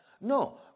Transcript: No